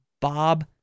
Bob